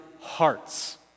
hearts